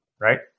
right